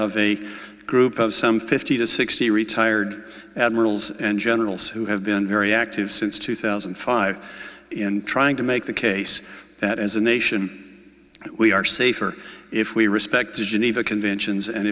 of a group of some fifty to sixty retired admirals and generals who have been very active since two thousand and five in trying to make the case that as a nation we are safer if we respect the geneva conventions and